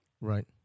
Right